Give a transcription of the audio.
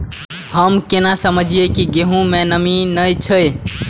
हम केना समझये की गेहूं में नमी ने छे?